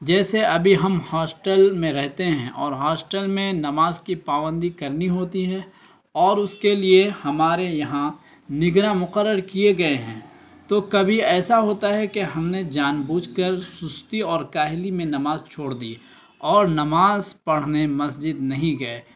جیسے ابھی ہم ہاسٹل میں رہتے ہیں اور ہاسٹل میں نماز کی پابندی کرنی ہوتی ہے اور اس کے لیے ہمارے یہاں نگراں مقرر کیے گئے ہیں تو کبھی ایسا ہوتا ہے کہ ہم نے جان بوجھ کر سستی اور کاہلی میں نماز چھوڑ دی اور نماز پڑھنے مسجد نہیں گئے